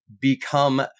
become